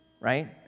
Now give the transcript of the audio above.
right